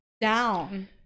down